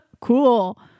Cool